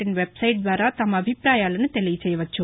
in website ద్వారా తమ అభిప్రాయాలను తెలియచేయవచ్చు